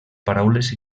paraules